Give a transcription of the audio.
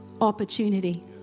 opportunity